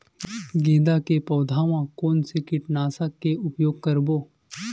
गेंदा के पौधा म कोन से कीटनाशक के उपयोग करबो?